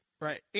Right